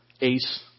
ace